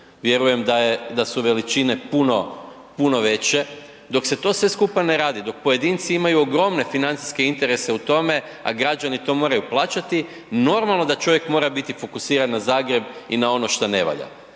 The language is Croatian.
vjerujem da su veličine puno, puno veće, dok se sve to skupa ne radi, dok pojedinci imaju ogromne financijske interese u tome a građani to moraju plaćati, normalno da čovjek mora biti fokusiran na Zagreb i na on šta ne valja.